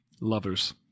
Lovers